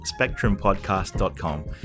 spectrumpodcast.com